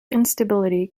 instability